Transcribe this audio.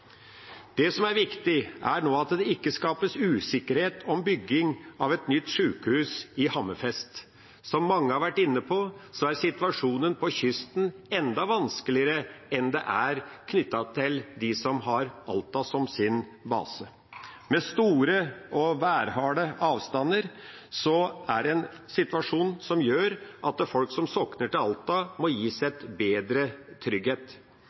Det som er viktig, er at det nå ikke skapes usikkerhet om bygging av et nytt sykehus i Hammerfest. Som mange har vært inne på, er situasjonen langs kysten enda vanskeligere enn den er for dem som har Alta som sin base. Med store og værharde avstander er det en situasjon som gjør at folk som sokner til Alta, må gis en bedre trygghet,